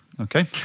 Okay